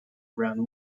around